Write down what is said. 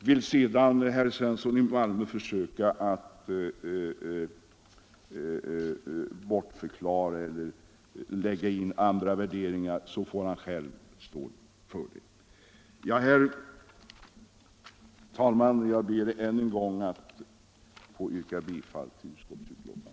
Vill sedan herr Svensson försöka bortförklara eller lägga in andra värderingar får han själv stå för det. Herr talman! Jag ber än en gång att få yrka bifall till utskottets hemställan.